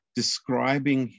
describing